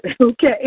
Okay